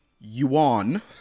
Yuan